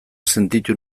sentitu